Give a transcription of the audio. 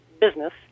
business